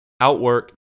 outwork